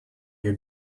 your